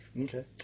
Okay